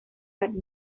but